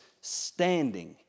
standing